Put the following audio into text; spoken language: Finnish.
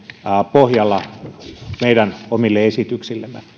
pohjalla meidän omille esityksillemme